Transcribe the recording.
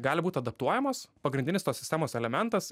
gali būt adaptuojamos pagrindinis tos sistemos elementas